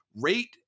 rate